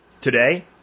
Today